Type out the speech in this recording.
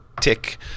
tick